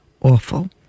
awful